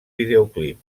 videoclip